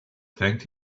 thanked